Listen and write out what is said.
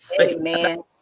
Amen